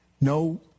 No